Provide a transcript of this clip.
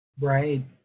Right